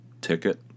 Ticket